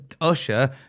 usher